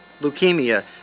leukemia